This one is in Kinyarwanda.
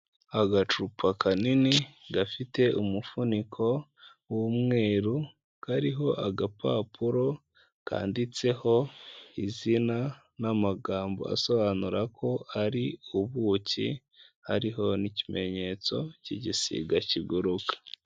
Agacupa kanini gafite umufuniko w'umweru kariho agapapuro kanditseho izina n'amagambo asobanura ko ari ubuki, hariho n'ikimenyetso cy'igisiga kiguruka.